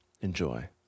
enjoy